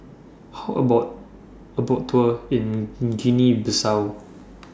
How about A Boat Tour in Guinea Bissau